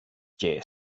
chase